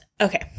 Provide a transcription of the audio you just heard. okay